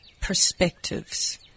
perspectives